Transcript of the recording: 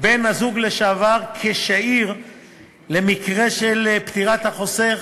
בן-הזוג לשעבר כשאיר למקרה של פטירת החוסך,